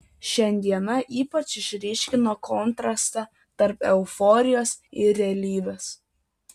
šiandiena ypač išryškino kontrastą tarp euforijos ir realybės